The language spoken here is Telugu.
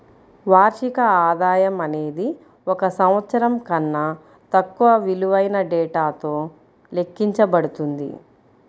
వార్షిక ఆదాయం అనేది ఒక సంవత్సరం కన్నా తక్కువ విలువైన డేటాతో లెక్కించబడుతుంది